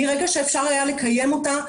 מרגע שאפשר היה לקיים אותה,